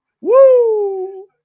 Woo